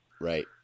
Right